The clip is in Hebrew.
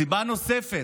סיבה נוספת,